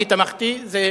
אני תמכתי, זאת